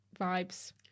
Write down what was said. vibes